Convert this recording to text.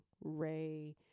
Ray